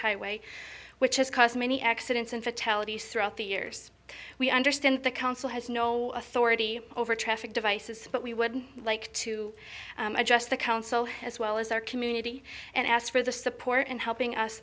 highway which has caused many accidents and fatalities throughout the years we understand the council has no authority over traffic devices but we would like to adjust the council as well as our community and ask for the support and helping us